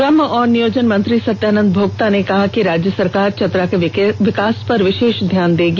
श्रम और नियोजन मंत्री सत्यानंद भोक्ता ने कहा कि राज्य सरकार चतरा के विकास पर विशेष प्राथमिकता दगी